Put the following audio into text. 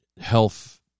health